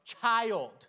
child